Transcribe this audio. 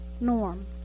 norm